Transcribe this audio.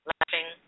Laughing